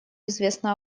известно